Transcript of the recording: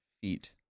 feet